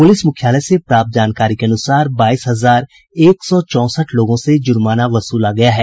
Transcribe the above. police मुख्यालय से प्राप्त जानकारी के अनुसार बाईस हजार एक सौ चौंसठ लोगों से जुर्माना वसूला गया है